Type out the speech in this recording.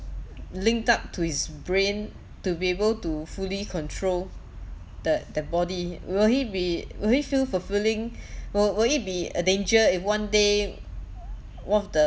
linked up to his brain to be able to fully control that that body will he be will he feel fulfilling will will it be a danger if one day worth